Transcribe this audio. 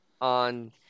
on